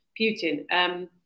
Putin